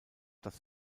das